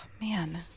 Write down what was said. Man